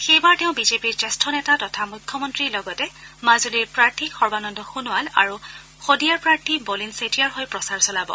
সেইবাৰ তেওঁ বিজেপিৰ জ্যেষ্ঠ নেতা তথা মুখ্যমন্ত্ৰীৰ লগতে মাজুলীৰ প্ৰাৰ্থী সৰ্বানন্দ সোণোৱাল আৰু শদিয়াৰ প্ৰাৰ্থী বলিন চেতিয়াৰ হৈ প্ৰচাৰ চলাব